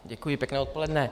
Děkuji, pěkné odpoledne.